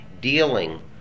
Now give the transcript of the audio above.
dealing